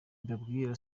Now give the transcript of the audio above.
mbabwira